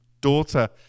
Daughter